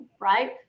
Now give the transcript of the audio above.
right